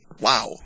Wow